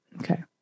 okay